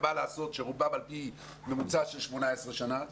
ומה לעשות שרובם על פי ממוצע של 15 שנה,